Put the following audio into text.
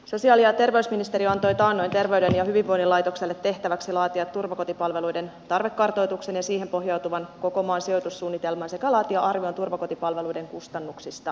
sosiaali ja terveysministeriö antoi taannoin terveyden ja hyvinvoinnin laitokselle tehtäväksi laatia turvakotipalveluiden tarvekartoituksen ja siihen pohjautuvan koko maan sijoitussuunnitelman sekä laatia arvion turvakotipalveluiden kustannuksista